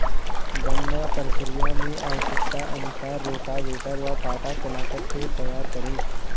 गन्ना प्रक्रिया मैं आवश्यकता अनुसार रोटावेटर व पाटा चलाकर खेत तैयार करें